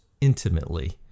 intimately